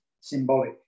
symbolic